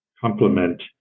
complement